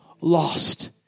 lost